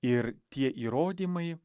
ir tie įrodymai